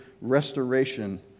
restoration